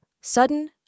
sudden